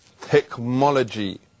Technology